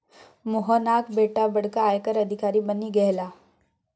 मोहनाक बेटा बड़का आयकर अधिकारी बनि गेलाह